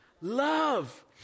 love